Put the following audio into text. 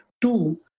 Two